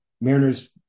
Mariners